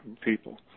people